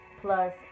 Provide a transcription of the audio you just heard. plus